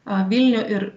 a vilnių ir